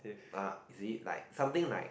ah is it like something like